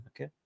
okay